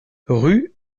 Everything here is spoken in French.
rue